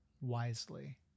wisely